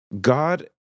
God